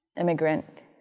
immigrant